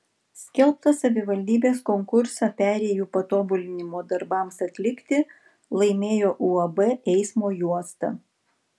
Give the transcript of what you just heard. skelbtą savivaldybės konkursą perėjų patobulinimo darbams atlikti laimėjo uab eismo juosta